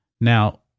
Now